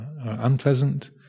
unpleasant